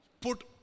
put